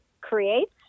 Creates